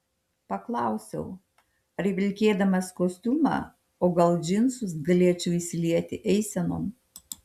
paklausiau ar vilkėdamas kostiumą o gal džinsus galėčiau įsilieti eisenon